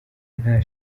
nta